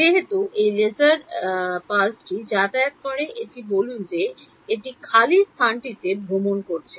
যেহেতু এই লেজার ডালটি যাতায়াত করে এটি বলুন যে এটি খালি স্থানটিতে ভ্রমণ করছে